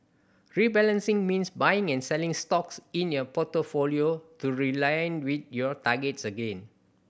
rebalancing means buying and selling stocks in your portfolio to realign with your targets again